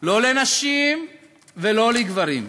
לא לנשים ולא לגברים.